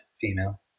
female